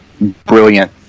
brilliant